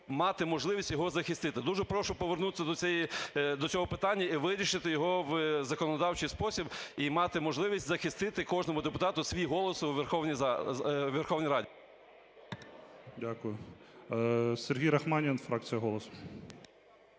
Дякую. Сергій Рахманін, фракція "Голос".